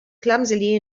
clumsily